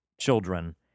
children